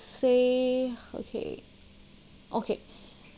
say okay okay